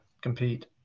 compete